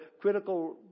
critical